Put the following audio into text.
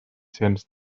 cents